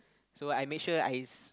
so I make sure I s~